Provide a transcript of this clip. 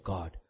God